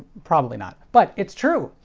probably not. but it's true!